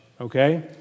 okay